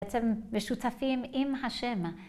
בעצם משותפים עם השם.